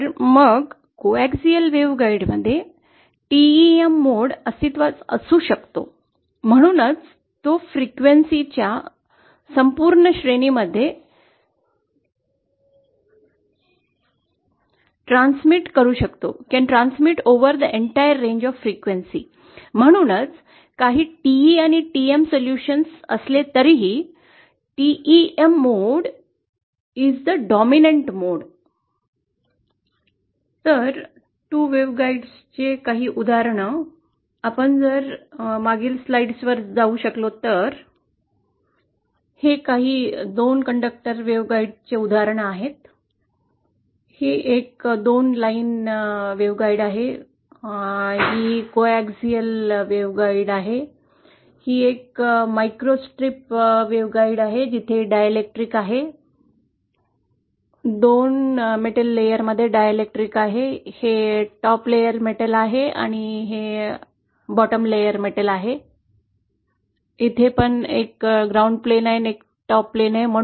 तर मग coaxial waveguide मध्ये TEM मोड अस्तित्वात असू शकतो म्हणूनच तो फ्रीक्वेन्सी च्या संपूर्ण श्रेणीमध्ये संक्रमित होऊ शकतो